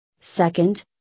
Second